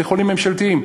בתי-חולים ממשלתיים,